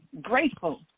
grateful